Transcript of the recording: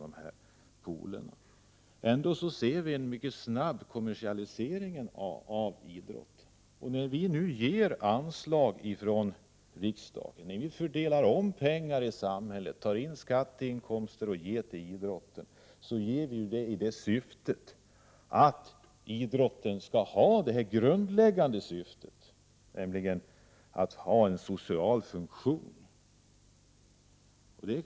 Vi ser ändå en mycket snabb kommersialisering av idrotten. När vi i riksdagen beviljar anslag till idrotten och fördelar om inkomster, tar in skatteinkomster och ger till idrotten, sker det i syfte att idrotten skall fylla denna grundläggande funktion, att den skall ha en social funktion.